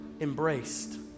Embraced